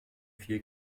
vier